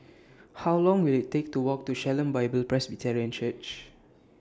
How Long Will IT Take to Walk to Shalom Bible Presbyterian Church